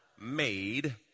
Made